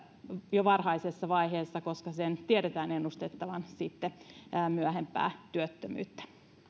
jo varhaisessa vaiheessa koska sen tiedetään ennustavan sitten myöhempää työttömyyttä